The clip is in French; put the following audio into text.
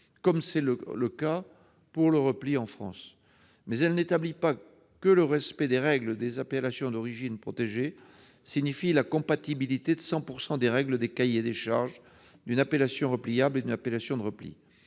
comme c'est le cas pour le repli en France. Mais elle n'établit pas que le respect des règles des AOP signifie la compatibilité de 100 % des règles des cahiers des charges d'une appellation repliable et d'une appellation de repli.